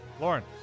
Lauren